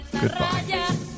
goodbye